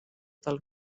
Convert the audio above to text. del